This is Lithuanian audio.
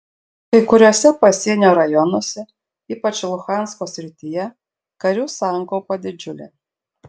kai kuriuose pasienio rajonuose ypač luhansko srityje karių sankaupa didžiulė